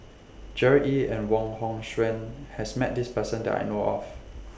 Gerard Ee and Wong Hong Suen has Met This Person that I know of